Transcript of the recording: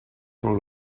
rule